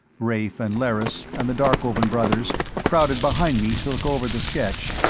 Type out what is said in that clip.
rafe and lerrys and the darkovan brothers crowded behind me to look over the sketch,